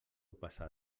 passar